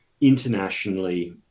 internationally